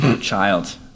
child